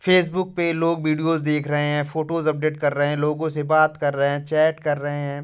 Facebook पे लोग videos देख रहे हैं फ़ोटोज़ अपडेट कर रहे हैं लोगों से बात कर रहे हैं चैट कर रहे हैं